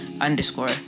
underscore